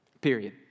period